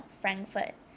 frankfurt